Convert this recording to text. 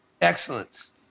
excellence